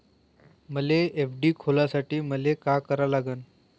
मले एफ.डी खोलासाठी मले का करा लागन?